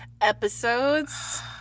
Episodes